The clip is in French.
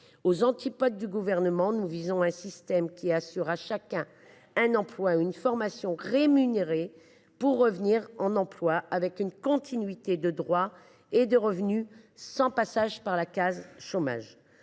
Aux antipodes du Gouvernement, nous souhaitons un système qui assure à chacun un emploi ou une formation rémunérée pour revenir en emploi avec une continuité de droits et de revenus sans passage par la case chômage.